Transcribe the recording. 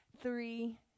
three